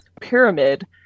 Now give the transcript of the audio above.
pyramid